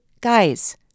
guys